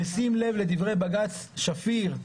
בשים לב לדברי בג"ץ שפיר,